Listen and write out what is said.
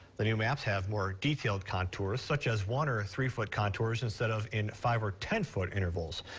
the new maps have more detailed contours. such as one or three foot contours instead of in five or ten foot intervals.